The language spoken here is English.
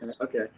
Okay